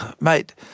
mate